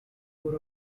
core